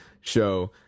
show